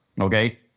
okay